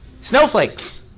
Snowflakes